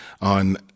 on